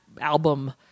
album